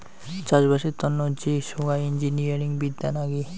চাষবাসের তন্ন যে সোগায় ইঞ্জিনিয়ারিং বিদ্যা নাগি